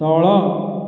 ତଳ